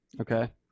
okay